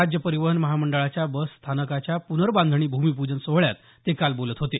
राज्य परीवहन महामंडळाच्या बसस्थानकाच्या प्र्नबांधणी भूमिपूजन सोहळ्यात ते बोलत होते